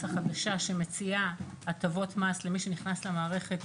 החדשה שמציעה הטבות מס למי שנכנס למערכת,